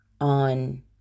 on